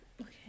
Okay